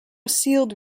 sealed